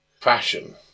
fashion